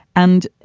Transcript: and, you